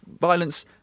violence